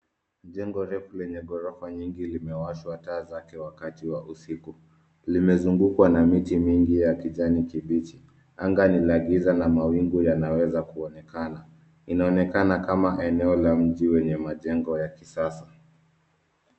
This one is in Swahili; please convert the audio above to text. Jengo refu lenye ghorofa nyingi limewashwa taa zake wakati wa usiku. Limezungukwa na miti mingi ya kijani kibichi. Anga ni la giza na mawingu yanaweza kuonekana. Inaonekana kama eneo la mji wenye majengo ya kisasa.